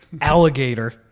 Alligator